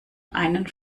einen